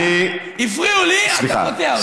אני, הפריעו לי, אתה קוטע אותי.